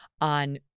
on